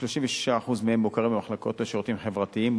כ-36% מהם מוכרים למחלקות לשירותים חברתיים,